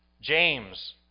James